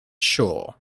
sure